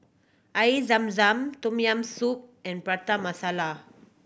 Air Zam Zam Tom Yam Soup and Prata Masala